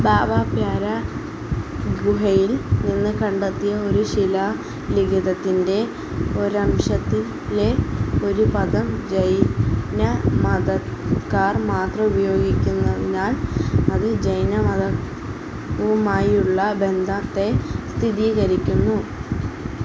ബാവ പ്യാരാ ഗുഹയിൽ നിന്ന് കണ്ടെത്തിയ ഒരു ശിലാലിഖിതത്തിന്റെ ഒരംശത്തിലെ ഒരു പദം ജൈനമതക്കാർ മാത്രം ഉപയോഗിക്കുന്നതിനാല് അത് ജൈനമതവുമായുള്ള ബന്ധത്തെ സ്ഥിരീകരിക്കുന്നു